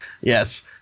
Yes